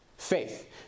Faith